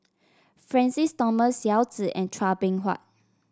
Francis Thomas Yao Zi and Chua Beng Huat